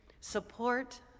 support